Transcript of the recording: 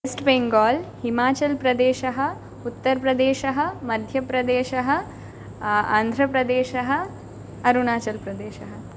वेस्ट्बेङ्गाल् हिमाचल्प्रदेशः उत्तर्प्रदेशः मध्यप्रदेशः आ आन्ध्रप्रदेशः अरुणाचल्प्रदेशः